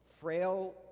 frail